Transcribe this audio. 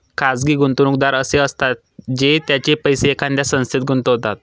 खाजगी गुंतवणूकदार असे असतात जे त्यांचे पैसे एखाद्या संस्थेत गुंतवतात